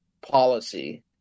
policy